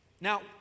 Now